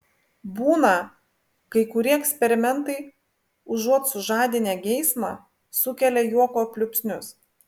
būna kai kurie eksperimentai užuot sužadinę geismą sukelia juoko pliūpsnius